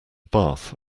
bath